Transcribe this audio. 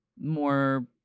more